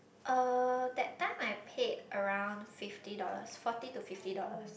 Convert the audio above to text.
uh that time I paid around fifty dollars forty to fifty dollars